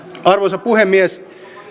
arvoisa puhemies